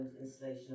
installation